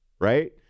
right